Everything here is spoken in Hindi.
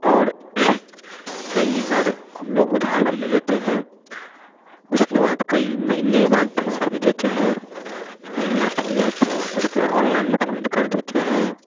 और कई बार हम लोग उधार भी ले लेते हैं उसके बाद कई महीने बाद पैसा भी देते हैं महीना पूरा हो जाए तो उसके बाद ऑनलाइन पेमेंट भी कर देते हैं